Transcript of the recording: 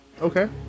Okay